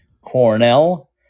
Cornell